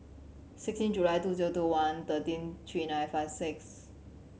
sixteen July two zero two one thirteen three nine five six